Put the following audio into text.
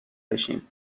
بشین